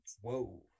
Whoa